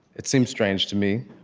it seemed strange to me.